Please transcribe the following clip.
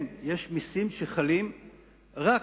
כן, יש מסים שחלים רק